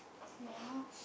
yeah